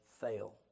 fail